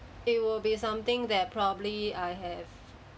it will be something that probably I have